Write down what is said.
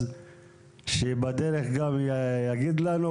אז שבדרך גם יגיד לנו,